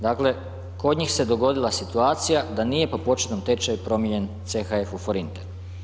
Dakle, kod njih se dogodila situacija da nije po početnom tečaju promijenjen CHF u forinte.